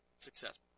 Successful